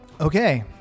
Okay